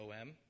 OM